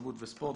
התרבות והספורט,